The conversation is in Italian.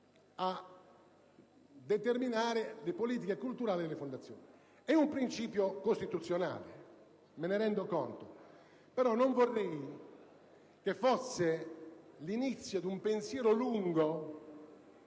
a determinare le politiche culturali delle fondazioni. È un principio di ordine costituzionale, me ne rendo conto, però non vorrei che fosse l'inizio di un pensiero lungo